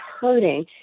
hurting